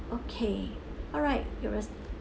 okay alright yours